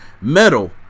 Metal